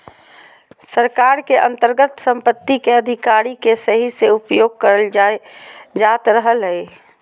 सरकार के अन्तर्गत सम्पत्ति के अधिकार के सही से उपयोग करल जायत रहलय हें